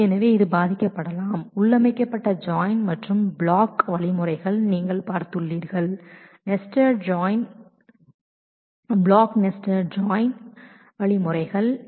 எனவே இது பாதிக்கப்படலாம் நீங்கள் nested join join block nested join போன்ற அல்காரிதம்களை பார்த்துள்ளீர்கள்